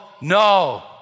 no